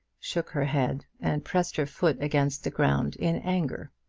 shook her head and pressed her foot against the ground in anger.